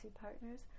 partners